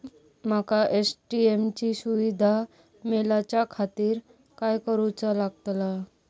माका ए.टी.एम ची सुविधा मेलाच्याखातिर काय करूचा लागतला?